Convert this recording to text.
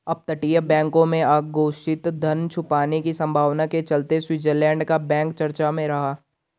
अपतटीय बैंकों में अघोषित धन छुपाने की संभावना के चलते स्विट्जरलैंड का बैंक चर्चा में रहा